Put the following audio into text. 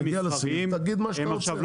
תגיד מה שאתה רוצה.